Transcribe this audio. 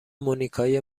مونیکای